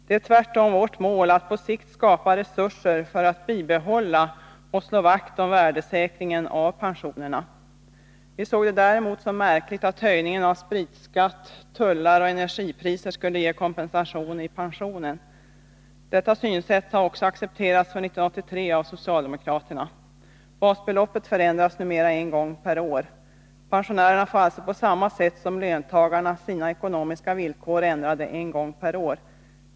Det är tvärtom vårt mål att på sikt skapa resurser för att bibehålla och slå vakt om värdesäkringen av pensionerna. Vi såg det däremot som märkligt att höjning av spritskatt, tullar och energipriser skulle ge kompensation i pensionen. Detta synsätt har också accepterats för 1983 av socialdemokraterna. Basbeloppet förändras numera en gång per år. Pensionärerna får alltså på samma sätt som löntagarna sina ekonomiska villkor ändrade en gång per år.